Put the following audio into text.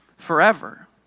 forever